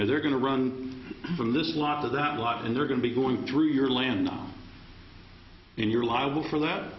there they're going to run from this lot of that lot and they're going to be going through your land on and you're liable for that